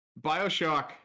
Bioshock